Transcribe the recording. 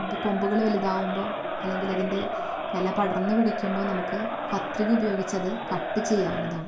കൊമ്പുകള് വലുതാകുമ്പോൾ അല്ലെങ്കില് അതിൻ്റെ ഇല പടർന്ന് പിടിക്കുമ്പോൾ നമുക്ക് കത്രിക ഉപയോഗിച്ച് അത് കട്ട് ചെയ്യാവുന്നതാണ്